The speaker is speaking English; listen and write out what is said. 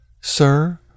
Sir